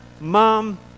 mom